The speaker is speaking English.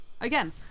Again